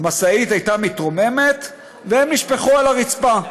המשאית הייתה מתרוממת והם נשפכו על הרצפה.